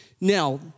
Now